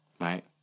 right